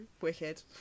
wicked